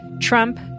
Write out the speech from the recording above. Trump